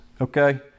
okay